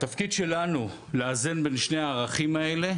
התפקיד שלנו לאזן בין שני הערכים האלה,